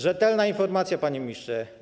Rzetelna informacja, panie ministrze.